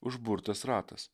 užburtas ratas